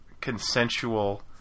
consensual